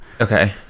okay